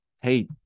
hey